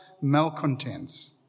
malcontents